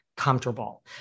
comfortable